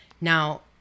Now